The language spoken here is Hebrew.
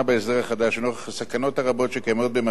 ונוכח הסכנות הרבות שקיימות במתן סמכות מעין